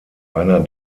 einer